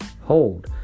hold